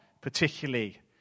particularly